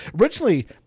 originally